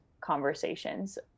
conversations